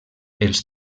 els